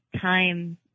time